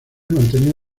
mantenía